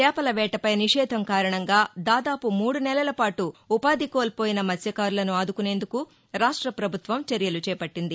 చేపల వేటపై నిషేధం కారణంగా దాదాపు మూడు నెలలపాటు ఉపాధి కోల్పోయిన మత్స్వకారులను ఆదుకునేందుకు రాష్ట ప్రభుత్వం చర్యలు చేపట్లింది